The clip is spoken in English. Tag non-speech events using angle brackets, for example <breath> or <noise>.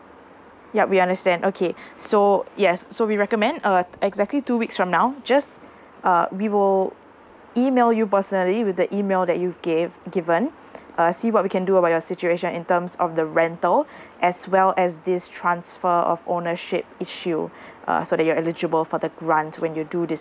yup we understand okay <breath> so yes so we recommend uh exactly two weeks from now just <breath> uh we will email you personally with the email that you've gave given <breath> uh see what we can do about your situation in terms of the rental <breath> as well as this transfer of ownership issue <breath> uh so that you're eligible for the grant when you do